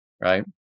right